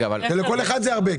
כל הורה הוא הרבה,